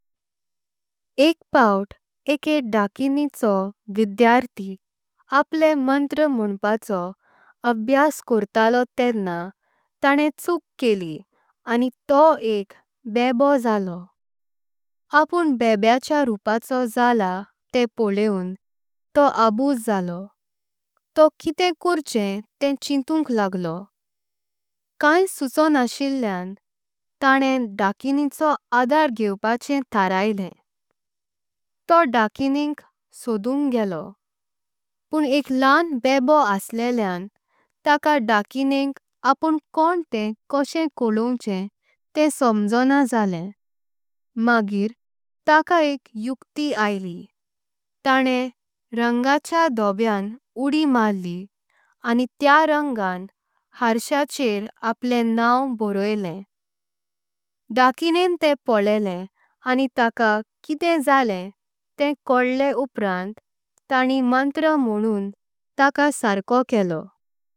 एक पावट एके डाकिनिचो विद्यार्थी आपले मंत्र म्होणपाचो। अभ्यास कोरतलो तेद्ना ताणे चुक केली आनी तो एक बेबो। जलो अपुण बेबेच्या रुपाचो जलां ते पळेऊन तो अबुझ जलो। तो किते कोर्चे ते चिंतनक लागलो काई सुचोनाशीलां ताणं। डाकिनिचो आधार घेवपाचें ठरायले तो डाकिनेक सोडून गेलो। पुण एक ल्हान बेबो असलेलां ताकां डाकिनेक अपुण कोंण ते। कोक्से कळळोवचे ते समजूनो जल्दें मागीर ताकां एक युक्ती। आयली ताणं रंगाच्या धोबें उडी मारली आनी तिया रंगां। हरशेंचर आपले नाव बरोईलें डाकिनें ते पळेलें आनी ताकां। किते जलें ते कळलें उपरांत ताणिं मंत्र म्होणून ताकां सारको केलो।